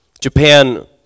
Japan